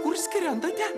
kur skrendate